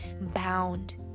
bound